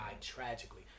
tragically